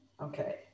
Okay